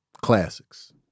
classics